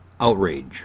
outrage